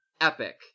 Epic